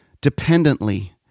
dependently